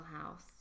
house